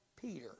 Peter